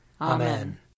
Amen